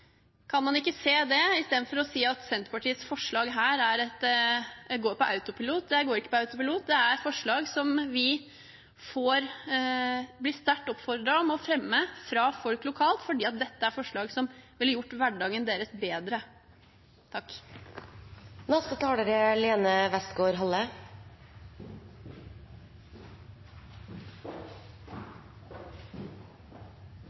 Kan man ikke se det, istedenfor å si at Senterpartiet fremmer forslag på autopilot? Jeg går ikke på autopilot, det er forslag som vi blir sterkt oppfordret til å fremme, fra folk lokalt, fordi dette er forslag som ville gjort hverdagen deres bedre. Rovdyrpolitikken handler i stor grad om å balansere to hensyn. Det er